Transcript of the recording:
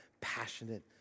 passionate